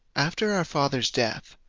after our father's death,